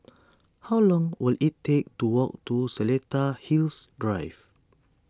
how long will it take to walk to Seletar Hills Drive